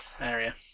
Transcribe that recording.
area